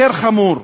יותר חמור,